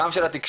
גם של התקשורת,